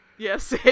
Yes